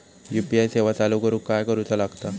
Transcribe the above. UPI सेवा चालू करूक काय करूचा लागता?